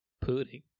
pudding